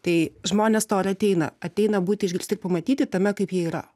tai žmonės to ir ateina ateina būti išgirsti ir pamatyti tame kaip jie yra